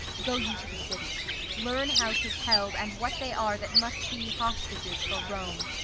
go you to the city learn how tis held and what they are that must be hostages for rome.